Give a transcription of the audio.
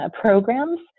programs